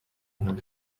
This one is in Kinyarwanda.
hejuru